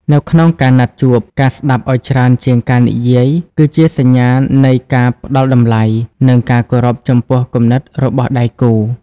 នៅក្នុងការណាត់ជួប ការស្ដាប់ឱ្យច្រើនជាងការនិយាយ គឺជាសញ្ញានៃការផ្ដល់តម្លៃ និងការគោរពចំពោះគំនិតរបស់ដៃគូ។